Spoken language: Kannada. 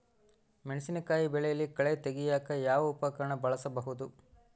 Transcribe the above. ಮೆಣಸಿನಕಾಯಿ ಬೆಳೆಯಲ್ಲಿ ಕಳೆ ತೆಗಿಯಾಕ ಯಾವ ಉಪಕರಣ ಬಳಸಬಹುದು?